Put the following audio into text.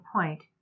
point